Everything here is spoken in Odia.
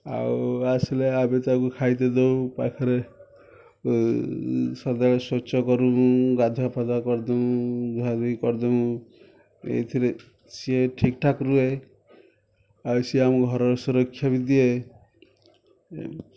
ଆଉ ଆସିଲେ ଆମେ ତାକୁ ଖାଇତେ ଦେଉ ପାଖରେ ସଦାବେଳେ ଶୌଚ କରିଦେଉ ଗାଧୁଆପାଧୁଆ କରିଦେଉ ଧୁଆଧୁଇ କରିଦେଉ ଏଇଥିରେ ସିଏ ଠିକ୍ଠାକ୍ ରୁହେ ଆଉ ସିଏ ଆମ ଘରର ସୁରକ୍ଷା ବି ଦିଏ ଏମିତି